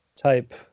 type